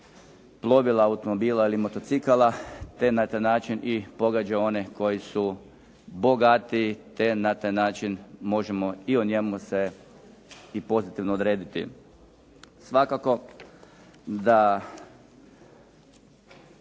plovila automobila ili motocikala, te na taj način i pogađa one koji su bogatiji te na taj način možemo i o njemu se i pozitivno odrediti. Svakako da